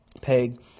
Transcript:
peg